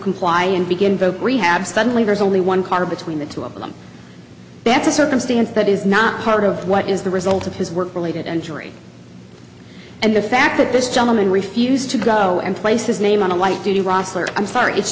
comply and begin vocal rehab suddenly there's only one car between the two of them that's a circumstance that is not part of what is the result of his work related injury and the fact that this gentleman refused to go and place his name on a light duty roster i'm sorry it's